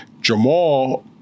Jamal